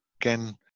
again